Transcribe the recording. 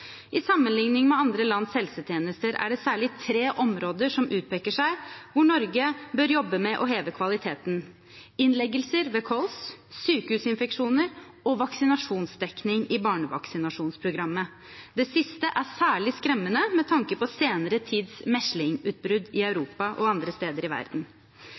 I sammenligning med andre lands helsetjenester er det særlig tre områder som utpeker seg hvor Norge bør jobbe med å heve kvaliteten: innleggelser ved kols, sykehusinfeksjoner og vaksinasjonsdekning i barnevaksinasjonsprogrammet. Det siste er særlig skremmende med tanke på den senere tids meslingutbrudd i Europa og andre steder i verden.